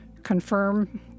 confirm